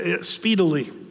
speedily